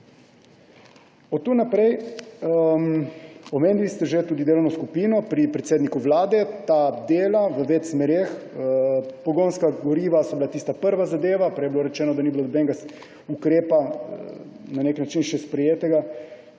Od tu naprej. Omenili ste že delovno skupino pri predsedniku Vlade. Ta dela v več smereh. Pogonska goriva so bila tista prva zadeva. Prej je bilo rečeno, da ni bilo nobenega ukrepa na nek način še sprejetega